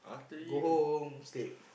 go home sleep